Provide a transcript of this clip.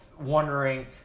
wondering